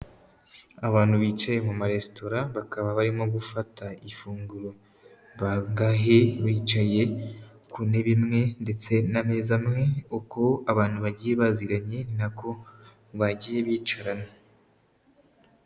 Abantu bicaye mu maresitora bakaba barimo gufata ifunguro, bangahe bicaye ku ntebe imwe ndetse n'ameza amwe, uko abantu bagiye baziranye ni nako bagiye bicaranye.